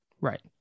right